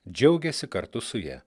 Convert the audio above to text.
džiaugėsi kartu su ja